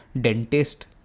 dentist